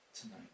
tonight